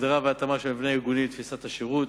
הגדרה והתאמה של המבנה הארגוני לתפיסת השירות,